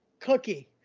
cookie